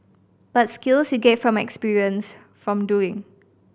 but skills you get from experience from doing